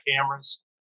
cameras